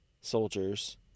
soldiers